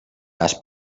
cas